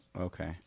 Okay